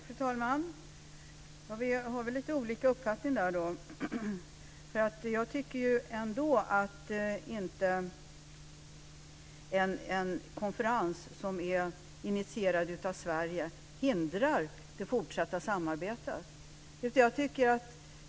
Fru talman! Vi har väl lite olika uppfattningar om detta. Jag tycker ändå att en konferens som är initierad av Sverige inte hindrar det fortsatta samarbetet.